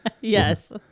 Yes